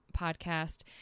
podcast